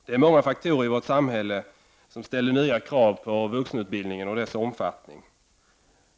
Det är många faktorer i vårt samhälle som ställer nya krav på vuxenutbildningen och dess omfattning.